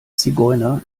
zigeuner